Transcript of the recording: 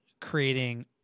creating